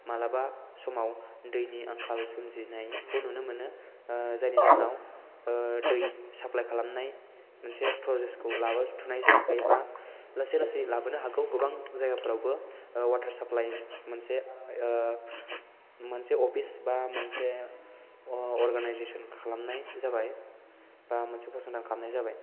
माब्लाबा समाव दैनि आंखाल सोमजिनायखौ नुनो मोनो जायनि जाहोनाव दै साप्लाइ खालामनाय मोनसे प्रसेस खौ लाबोथ'नाय जायाखै एबा लासै लासै लाबोनो हागौ गोबां जायगाफोरावबो वाटार साप्लाइ मोनसे मोनसे अफिस एबा मोनसे अर्गेनाइजेस'न खालामनाय जाबाय एबा मोनसे फसंथान खालामनाय जाबाय